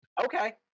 Okay